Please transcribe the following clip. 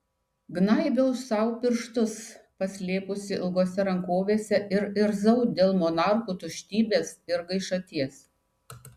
gnaibiau sau pirštus paslėpusi ilgose rankovėse ir irzau dėl monarchų tuštybės ir gaišaties